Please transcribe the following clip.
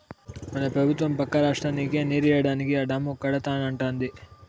మన పెబుత్వం పక్క రాష్ట్రానికి నీరియ్యడానికే ఆ డాము కడతానంటాంది